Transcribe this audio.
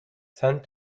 san